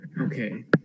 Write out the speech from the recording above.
Okay